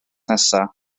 nesaf